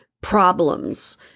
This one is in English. problems